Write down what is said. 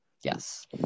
yes